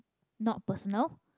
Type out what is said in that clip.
not personal